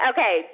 Okay